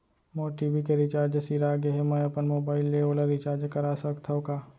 मोर TV के recharge सिरा गे हे, मैं अपन मोबाइल ले ओला रिचार्ज करा सकथव का?